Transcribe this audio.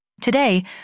Today